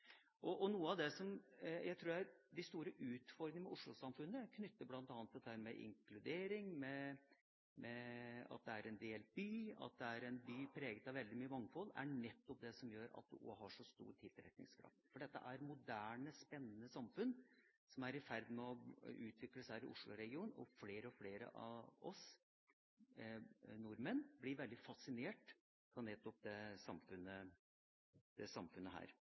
store utfordringene i Oslo-samfunnet er knyttet til bl.a. inkludering, at det er en delt by, at det er en by preget av stort mangfold, og nettopp dette gjør at den også har så stor tiltrekningskraft. Det er et moderne og spennende samfunn som er i ferd med å utvikle seg her i Oslo-regionen, og flere og flere av oss nordmenn blir veldig fascinert av nettopp dette samfunnet.